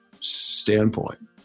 standpoint